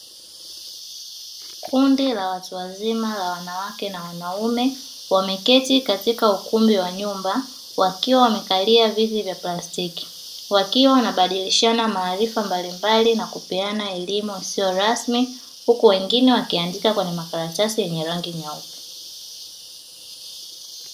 Kundi la watu wazima la wanawake na wanaume, wameketi katika ukumbi wa nyumba, wakiwa wamekalia viti vya plastiki, wakiwa wanabadilishana maarifa mbalimbali wakipeana elimu isio rasmi, huku wengine wakiandika kwenye makaratasi yenye rangi nyeupe.